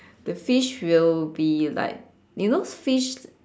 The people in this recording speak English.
the fish will be like you know fish